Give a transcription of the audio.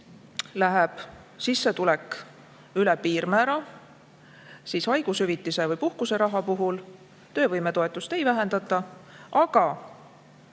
läheb sissetulek üle piirmäära, siis haigushüvitise või puhkuseraha puhul töövõimetoetust ei vähendata,